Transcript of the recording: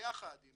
ביחד עם